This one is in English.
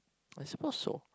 I suppose so